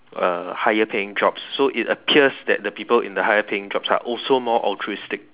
uh higher paying jobs so it appears that the people in the higher paying jobs are also more altruistic